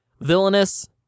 villainous